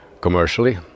commercially